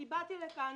כי אני באתי לכאן